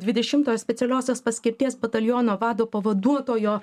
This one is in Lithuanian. dvidešimtojo specialiosios paskirties bataliono vado pavaduotojo